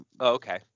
Okay